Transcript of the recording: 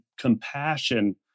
compassion